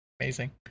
amazing